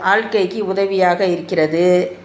வாழ்க்கைக்கி உதவியாக இருக்கிறது